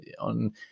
on